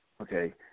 okay